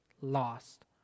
lost